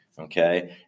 Okay